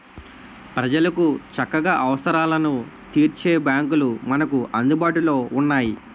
ప్రజలకు చక్కగా అవసరాలను తీర్చే బాంకులు మనకు అందుబాటులో ఉన్నాయి